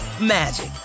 magic